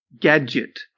gadget